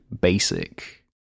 basic